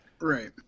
Right